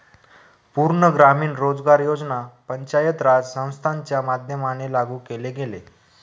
पूर्ण ग्रामीण रोजगार योजना पंचायत राज संस्थांच्या माध्यमाने लागू केले गेले